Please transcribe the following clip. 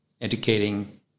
educating